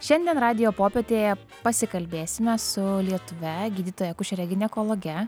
šiandien radijo popietėje pasikalbėsime su lietuve gydytoja akušere ginekologe